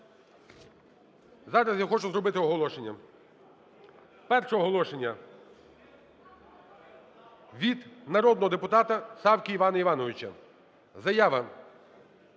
Зараз я хочу зробити оголошення. Перше оголошення від народного депутата Савки Івана Івановича. Заява.